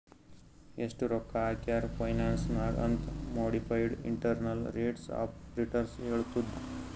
ಎಸ್ಟ್ ರೊಕ್ಕಾ ಹಾಕ್ಯಾರ್ ಫೈನಾನ್ಸ್ ನಾಗ್ ಅಂತ್ modified internal rates of return ಹೇಳತ್ತುದ್